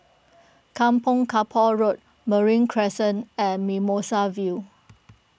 Kampong Kapor Road Marine Crescent and Mimosa View